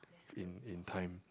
in in time